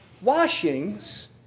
washings